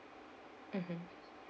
mmhmm